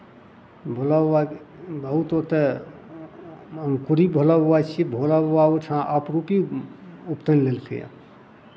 भोला बाबा बहुत ओतय अङ्कुरित भोलाबाबा छियै भोला बाबा ओहिठाम आपरूपी उत्पन्न लेलकैए